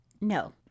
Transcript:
No